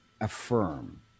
affirm